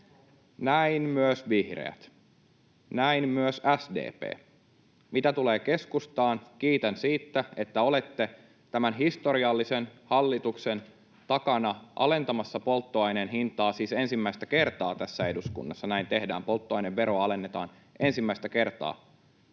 Näin myös vihreät. Näin myös SDP. Mitä tulee keskustaan, kiitän siitä, että olette tämän historiallisen hallituksen takana alentamassa polttoaineen hintaa — siis ensimmäistä kertaa eduskunnassa näin tehdään, polttoaineveroa alennetaan ensimmäistä kertaa